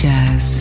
Jazz